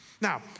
Now